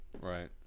Right